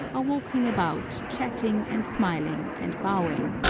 are walking about chatting and smiling and bowing,